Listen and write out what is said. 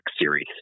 series